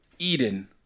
Eden